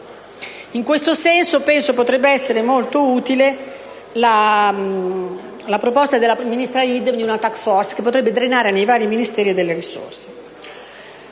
In questo senso, penso, potrebbe essere molto utile la proposta della ministra Idem di una *task force* che potrebbe drenare nei vari Ministeri delle risorse.